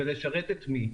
ולשרת את מי?